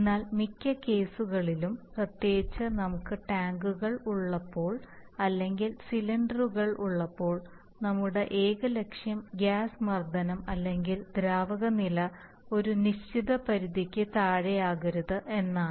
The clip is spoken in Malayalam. എന്നാൽ മിക്ക കേസുകളിലും പ്രത്യേകിച്ചും നമുക്ക് ടാങ്കുകൾ ഉള്ളപ്പോൾ അല്ലെങ്കിൽ സിലിണ്ടറുകൾ ഉള്ളപ്പോൾ നമ്മളുടെ ഏക ലക്ഷ്യം ഗ്യാസ് മർദ്ദം അല്ലെങ്കിൽ ദ്രാവക നില ഒരു നിശ്ചിത പരിധിക്കു താഴെയാകരുത് എന്നതാണ്